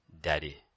Daddy